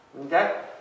Okay